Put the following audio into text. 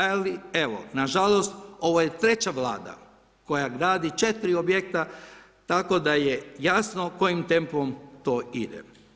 Ali evo, nažalost, ovo je treća Vlada koja gradi četiri objekta, tako da je jasno kojim tempom to ide.